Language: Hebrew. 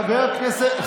חבר הכנסת קארה, לא להפריע.